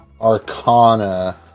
Arcana